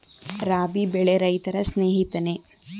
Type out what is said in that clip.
ರಾಬಿ ಬೆಳೆ ರೈತರ ಸ್ನೇಹಿತನೇ?